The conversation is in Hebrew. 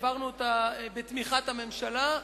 העברנו אותה בתמיכת הממשלה,